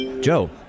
Joe